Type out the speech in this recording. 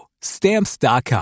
Stamps.com